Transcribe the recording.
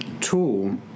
tool